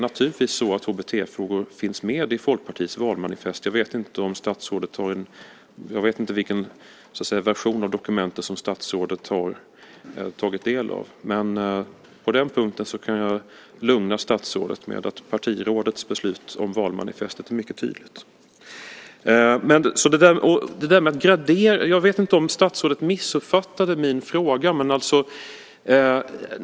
Naturligtvis finns HBT-frågorna med i Folkpartiets valmanifest. Jag vet inte vilken version av dokumentet som statsrådet har tagit del av. På den punkten kan jag dock lugna statsrådet med att partirådets beslut om valmanifestet är mycket tydligt. När det gäller detta med att gradera vet jag inte om statsrådet missuppfattade min fråga.